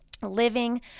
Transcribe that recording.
living